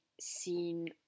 seen